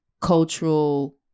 cultural